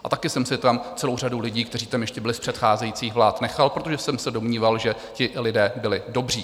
A taky jsem si tam celou řadu lidí, kteří tam ještě byli z předcházejících vlád, nechal, protože jsem se domníval, že tito lidé byli dobří.